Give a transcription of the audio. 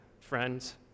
friends